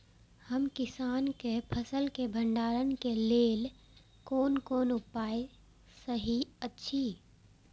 हम किसानके फसल के भंडारण के लेल कोन कोन अच्छा उपाय सहि अछि?